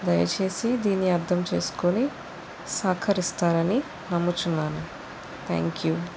దయచేసి దీని అర్థం చేసుకొని సహకరిస్తారని నమ్ముచున్నాను థ్యాంక్యూ